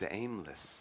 aimless